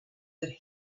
that